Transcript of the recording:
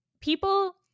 people